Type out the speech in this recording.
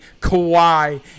Kawhi